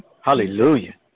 hallelujah